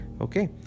Okay